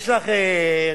יש לך רשיון?